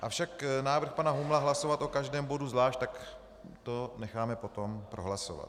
Avšak návrh pana Humla hlasovat o každém bodu zvlášť, tak to necháme potom prohlasovat.